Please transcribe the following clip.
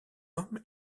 homme